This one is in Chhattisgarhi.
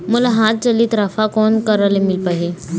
मोला हाथ चलित राफा कोन करा ले मिल पाही?